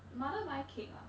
mother buy cake ah